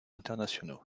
internationaux